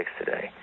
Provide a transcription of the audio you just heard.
today